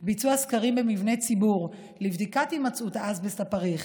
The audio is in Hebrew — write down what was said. של ביצוע סקרים במבני ציבור לבדיקת הימצאות האסבסט הפריך,